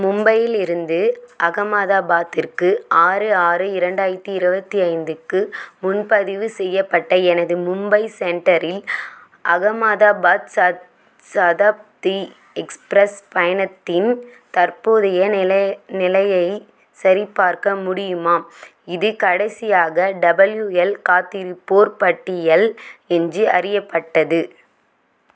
மும்பையிலிருந்து அகமதாபாத்திற்கு ஆறு ஆறு இரண்டாயிரத்தி இருபத்தி ஐந்துக்கு முன்பதிவு செய்யப்பட்ட எனது மும்பை சென்டரில் அகமதாபாத் சத் சதப்தி எக்ஸ்ப்ரஸ் பயணத்தின் தற்போதைய நிலை நிலையைச் சரிபார்க்க முடியுமா இது கடைசியாக டபிள்யுஎல் காத்திருப்போர் பட்டியல் என்று அறியப்பட்டது